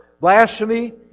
blasphemy